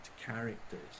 characters